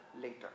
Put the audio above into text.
later